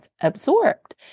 absorbed